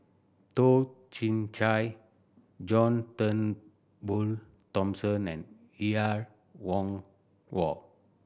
Toh Chin Chye John Turnbull Thomson and Er Kwong Wah